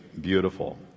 beautiful